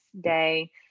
day